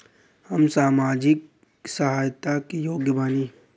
हम सामाजिक सहायता के योग्य बानी?